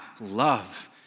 love